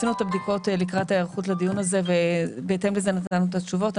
עשינו את הבדיקות לקראת ההיערכות לדיון הזה ובהתאם לזה נתנו את התשובות.